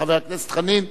חבר הכנסת חנין,